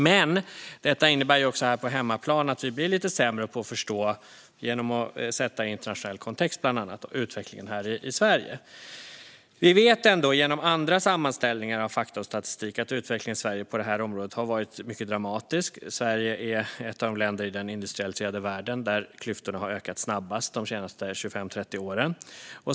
Men det innebär också på hemmaplan att vi blir lite sämre på att förstå genom att bland annat sätta utvecklingen här i Sverige i internationell kontext. Vi vet ändå genom andra sammanställningar av fakta och statistik att utvecklingen i Sverige på det här området har varit mycket dramatisk. Sverige är ett av de länder i den industrialiserade världen där klyftorna har ökat snabbast de senaste 25-30 åren.